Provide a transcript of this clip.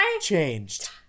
changed